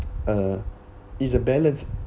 uh it's a balance